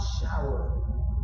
shower